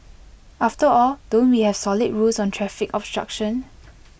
after all don't we have solid rules on traffic obstruction